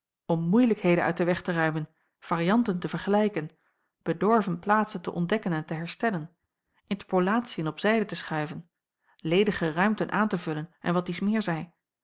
om moeilijkheden uit den weg te ruimen varianten te vergelijken bedorven plaatsen te ontdekken en te herstellen interpolatiën op zijde te schuiven ledige ruimten aan te vullen en wat dies meer zij